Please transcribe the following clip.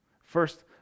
First